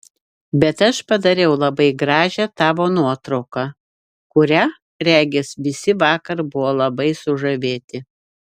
bet aš padariau labai gražią tavo nuotrauką kuria regis visi vakar buvo labai sužavėti